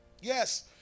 Yes